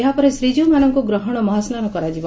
ଏହାପରେ ଶ୍ରୀଜଉମାନଙ୍କୁ ଗ୍ରହଣ ମହାସ୍ନାନ କରାଯିବ